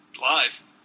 Live